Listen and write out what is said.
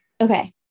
Okay